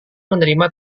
menerima